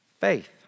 faith